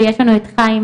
ויש לנו את חיים,